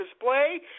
display